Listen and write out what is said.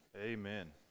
Amen